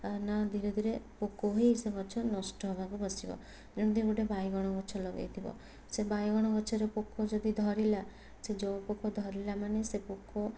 ଆ ନା ଧିରେଧିରେ ପୋକ ହୋଇ ସେ ଗଛ ନଷ୍ଟ ହେବାକୁ ବସିବ ଯଦି ତମେ ଗୋଟେ ବାଇଗଣ ଗଛ ଲଗାଇଥିବ ସେ ବାଇଗଣ ଗଛରେ ପୋକ ଯଦି ଧରିଲା ସେ ଯେଉଁ ପୋକ ଧରିବ ମାନେ ସେ ପୋକ